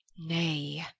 nay,